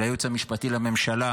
של הייעוץ המשפטי לממשלה,